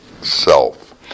self